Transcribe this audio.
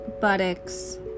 buttocks